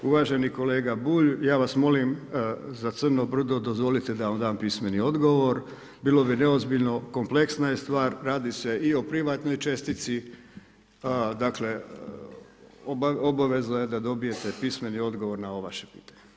Uvaženi kolega Bulj, ja vas molim za Crno brdo dozvolite da vam dam pismeni odgovor, bilo bi neozbiljno, kompleksna je stvar, radi se i o privatnoj čestici, dakle obaveza je da dobijete pismeni odgovor na ovo vaše pitanje.